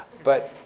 but